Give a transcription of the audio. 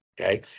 Okay